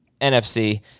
NFC